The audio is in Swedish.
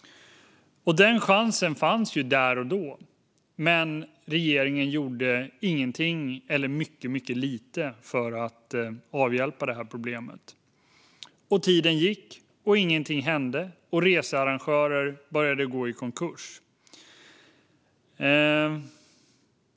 Den chansen fanns där och då. Men regeringen gjorde ingenting eller mycket lite för att avhjälpa problemet. Tiden gick. Ingenting hände, och researrangörer började gå i konkurs.